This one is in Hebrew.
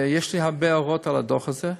יש לי הרבה הערות על הדוח הזה,